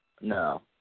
No